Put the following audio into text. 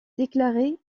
déclaré